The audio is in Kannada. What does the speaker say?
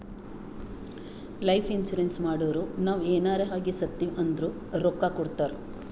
ಲೈಫ್ ಇನ್ಸೂರೆನ್ಸ್ ಮಾಡುರ್ ನಾವ್ ಎನಾರೇ ಆಗಿ ಸತ್ತಿವ್ ಅಂದುರ್ ರೊಕ್ಕಾ ಕೊಡ್ತಾರ್